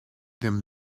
them